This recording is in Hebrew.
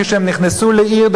כשהם נכנסו לעיר,